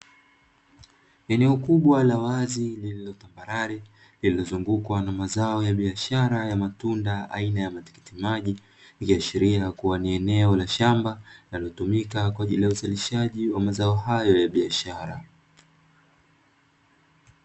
Eneo kubwa la wazi lililotambarare, lililozungukwa na mazao ya biashara ya matunda aina ya tikiti maji,l. Ikiashiria kuwa ni eneo la shamba linalotumika kwa ajili ya uzalishaji wa mazao hayo ya biashara.